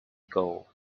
goal